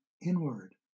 inward